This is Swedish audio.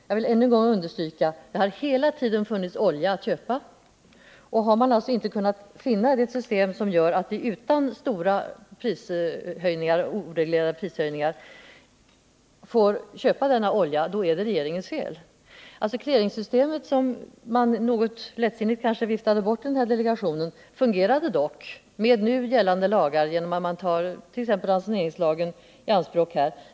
Jag vill ännu en gång understryka att det hela tiden har funnits olja att köpa. Har man alltså inte kunnat finna det system som gör att vi utan stora oreglerade prishöjningar får köpa denna olja, då är det regeringens fel. Clearingsystemet, som man kanske något lättsinnigt viftade bort i delegationen, fungerade dock med nu gällande lagar, t.ex. genom att man tillämpade ransoneringslagen.